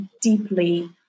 deeply